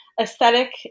Aesthetic